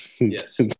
Yes